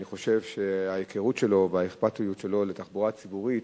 אני חושב שההיכרות שלו והאכפתיות שלו לתחבורה ציבורית